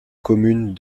commune